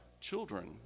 children